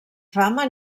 fama